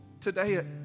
today